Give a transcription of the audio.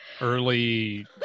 early